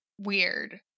weird